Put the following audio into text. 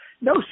no